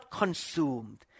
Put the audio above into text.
consumed